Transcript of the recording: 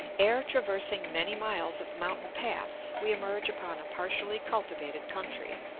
ere traversing many miles of mountain-paths we emerge upon a partially cultivated country,